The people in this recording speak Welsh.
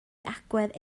agwedd